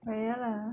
but ya lah